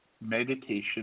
meditation